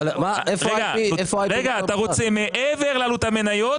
אתה רוצה מעבר לעלות המניות,